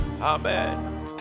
Amen